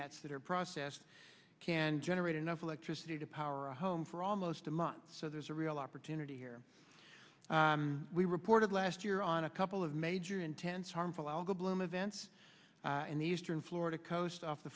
nets that are processed can generate enough electricity to power a home for almost a month so there's a real opportunity here we reported last year on a couple of major intense harmful algal bloom events in the eastern florida coast off the